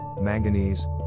manganese